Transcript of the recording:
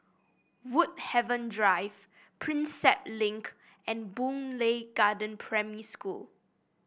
Woodhaven Drive Prinsep Link and Boon Lay Garden Primary School